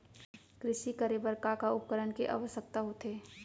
कृषि करे बर का का उपकरण के आवश्यकता होथे?